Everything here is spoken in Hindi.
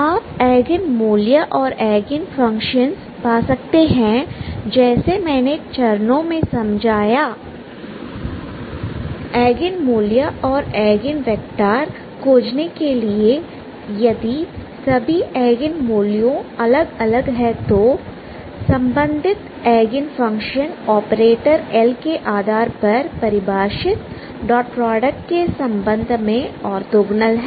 आप एगेन मूल्य और एगेन फंक्शनसपा सकते हैं जैसे मैंने चरणों में समझाया एगेन मूल्य और एगेन वेक्टर खोजने के लिए यदि सभी एगेन मूल्यों अलग अलग है तो संबंधित एगेन फंक्शन ऑपरेटर L के आधार पर परिभाषित डॉट प्रोडक्ट के संबंध में ऑर्थोगोनल हैं